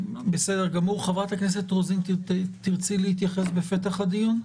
חברת הכנסת רוזין, תרצי להתייחס בפתח הדיון?